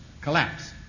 collapse